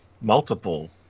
multiple